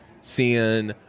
seeing